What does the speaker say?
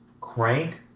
crank